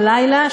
הלילה,